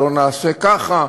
לא נעשה ככה,